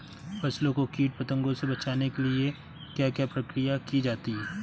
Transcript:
फसलों को कीट पतंगों से बचाने के लिए क्या क्या प्रकिर्या की जाती है?